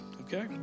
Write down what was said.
Okay